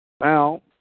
Now